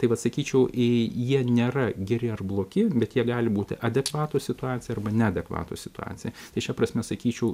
tai vat sakyčiau i jie nėra geri ar blogi bet jie gali būti adekvatūs situacijai arba neadekvatūs situacijai tai šia prasme sakyčiau